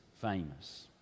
famous